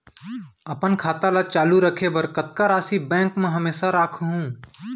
अपन खाता ल चालू रखे बर कतका राशि बैंक म हमेशा राखहूँ?